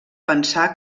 pensar